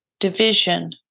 division